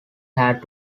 had